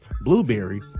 Blueberry